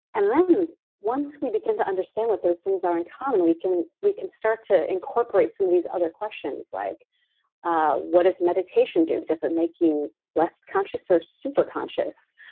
and then once we begin to understand what those things are in common, we can we can start to incorporate some of these other questions like what is meditation do? does it make you less conscious or super conscious?